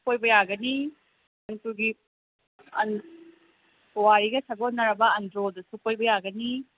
ꯀꯣꯏꯕ ꯌꯥꯒꯅꯤ ꯑꯗꯨꯒꯤ ꯄꯨꯋꯥꯔꯤꯒ ꯁꯥꯒꯣꯟꯅꯔꯕ ꯑꯟꯗ꯭ꯔꯣꯗꯁꯨ ꯀꯣꯏꯕ ꯌꯥꯒꯅꯤ